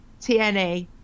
tna